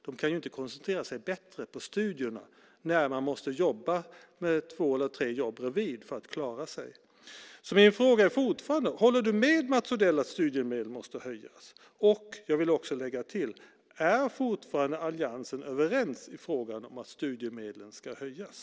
De kan ju inte koncentrera sig bättre på studierna när de måste jobba och kanske ha två eller tre jobb bredvid för att klara sig. Min fråga till statsrådet är alltså fortfarande: Håller du med Mats Odell om att studiemedlen måste höjas? Jag vill också lägga till frågan: Är alliansen fortfarande överens i frågan om att studiemedlen ska höjas?